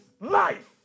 life